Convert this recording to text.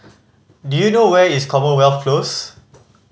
do you know where is Commonwealth Close